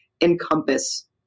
encompass